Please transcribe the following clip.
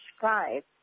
five